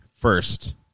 first